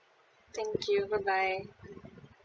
thank you bye bye